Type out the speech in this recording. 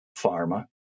Pharma